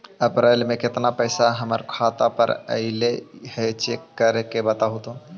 अप्रैल में केतना पैसा हमर खाता पर अएलो है चेक कर के बताहू तो?